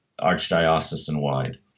archdiocesan-wide